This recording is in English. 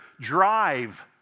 drive